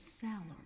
salary